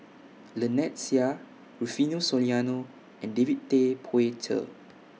Lynnette Seah Rufino Soliano and David Tay Poey Cher